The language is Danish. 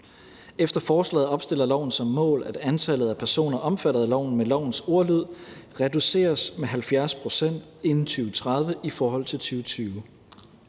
Efter forslaget opstiller loven som mål, at antallet af personer omfattet af loven med lovens ordlyd »reduceres med 70 pct. inden 2030 i forhold til 2020«.